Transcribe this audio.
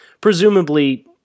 presumably